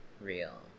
real